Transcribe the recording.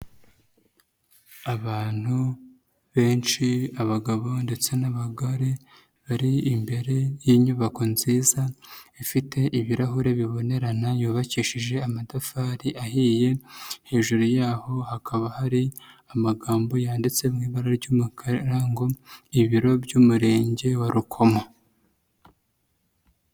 Abantu benshi, abagabo ndetse n'abagore, bari imbere y'inyubako nziza, ifite ibirahure bibonerana yubakishije amatafari ahiye, hejuru yaho hakaba hari amagambo yanditse mu ibara ry'umukarara avuga ngo ibiro by'Umurenge wa Rukomo.